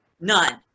none